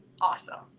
awesome